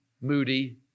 moody